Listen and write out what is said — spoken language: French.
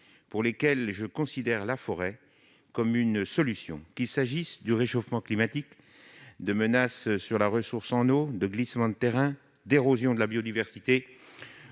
pour lesquels je considère la forêt comme une solution : réchauffement climatique, menaces sur la ressource en eau, glissements de terrain, érosion de la biodiversité,